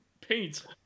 paint